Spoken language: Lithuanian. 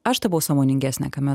aš tapau sąmoningesnė kame